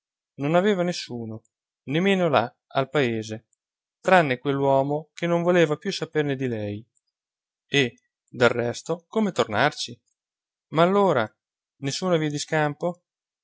non aveva nessuno nemmeno là al paese tranne quell'uomo che non voleva più saperne di lei e del resto come tornarci ma allora nessuna via di scampo